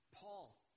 Paul